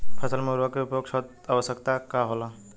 फसल में उर्वरक के उपयोग आवश्यक होला कि न?